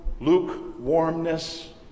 lukewarmness